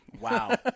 Wow